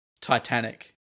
Titanic